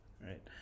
Right